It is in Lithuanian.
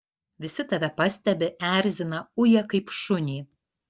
visi tave pastebi erzina uja kaip šunį